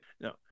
no